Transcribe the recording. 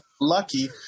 lucky